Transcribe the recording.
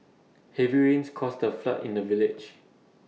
heavy rains caused A flood in the village